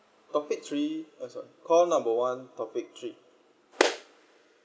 topic three oh sorry call number one topic three